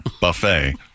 Buffet